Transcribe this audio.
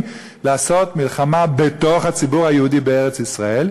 לעשות מלחמה בתוך הציבור היהודי בארץ-ישראל.